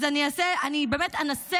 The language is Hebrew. אז אני באמת אנסה